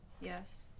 yes